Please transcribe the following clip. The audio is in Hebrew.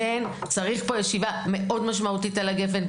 צריך פה ישיבה מאוד משמעותית על גפ"ן,